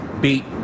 beat